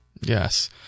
Yes